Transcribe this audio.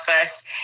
first